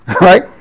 right